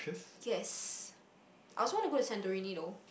yes I also want to go Santorini though